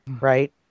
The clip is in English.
right